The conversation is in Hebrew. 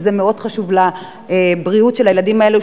כי זה מאוד חשוב לבריאות של הילדים האלה,